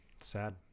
sad